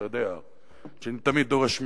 אתה יודע שאני תמיד דורש מעצמי.